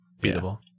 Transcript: Beautiful